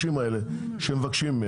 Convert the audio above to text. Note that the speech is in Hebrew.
זה מה שאתם רוצים.